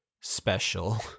special